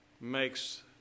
makes